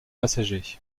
passagers